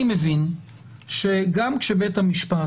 אני מבין שגם כשבית המשפט